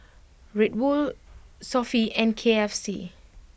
Red Bull Sofy and K F C